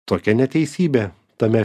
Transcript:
tokia neteisybė tame